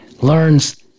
learns